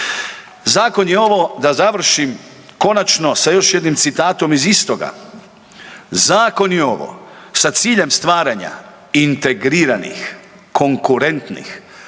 Zakon je ovo, da završim konačno sa još jednim citatom iz istoga. Zakon je ovo, sa ciljem stvaranja integriranih, konkurentnih,